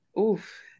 Oof